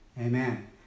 Amen